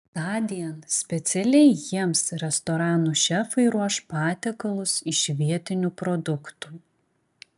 tądien specialiai jiems restoranų šefai ruoš patiekalus iš vietinių produktų